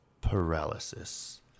paralysis